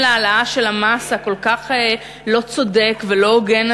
על כל דבר לקום ולהיאבק באותם כוחות שקיימים מנגד,